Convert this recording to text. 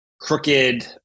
crooked